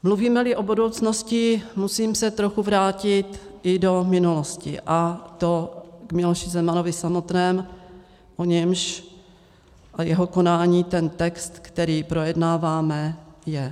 Mluvímeli o budoucnosti, musím se trochu vrátit i do minulosti, a to k Miloši Zemanovi samotnému, o němž a jeho konání ten text, který projednáváme, je.